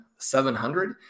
700